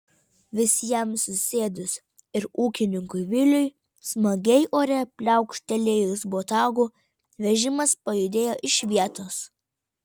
visiems susėdus ir ūkininkui viliui smagiai ore pliaukštelėjus botagu vežimas pajudėjo iš vietos